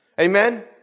Amen